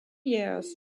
years